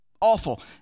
awful